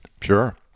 Sure